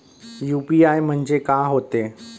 UPI म्हणजे का होते?